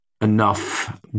enough